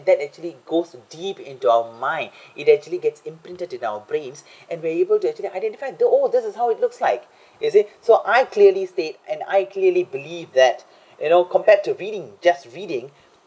that actually goes deep into our mind it actually gets imprinted in our brains and we're able to actually identify though this is how it looks like you see so I clearly state and I clearly believe that you know compared to reading just reading